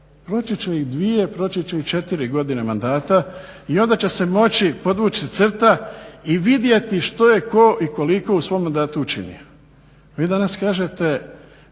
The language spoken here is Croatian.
Proći će i dvije, proći će i četiri godine mandata i onda će se moći podvući crta i vidjeti što je tko i koliko u svom mandatu učinio.